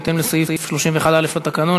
בהתאם לסעיף 31(א) לתקנון,